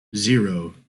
zero